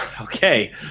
Okay